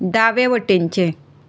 दावें वटेनचें